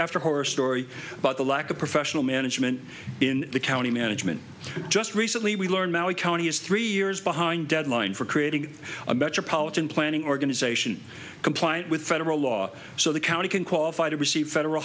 after horror story about the lack of professional management in the county management just recently we learned now a county is three years behind deadline for creating a metropolitan planning organization comply with federal law so the county can qualify to receive federal